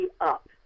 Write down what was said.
up